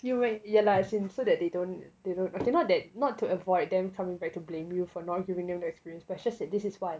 you might ya lah as in so that they don't they don't as in not that not to avoid them coming back to blame you for not giving them the experience but just that this is what